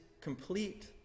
complete